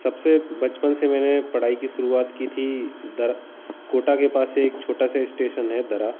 सबसे बचपन से मैंने पढ़ाई कि शुरुआत कि थी दर कोटा के पास एक छोटा सा एस्टेशन है दरा